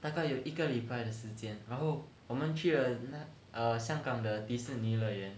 大概有一个礼拜的时间然后我们去了那 err 香港的迪士尼乐园